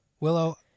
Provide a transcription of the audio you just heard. Willow